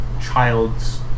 child's